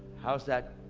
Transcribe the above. how's that